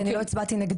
כי אני לא הצבעתי נגדו,